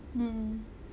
mm